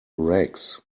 rags